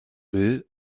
will